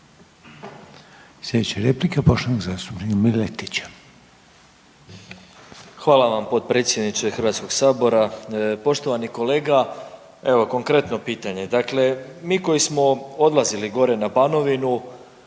sljedeća replika poštovane zastupnice Šimunić.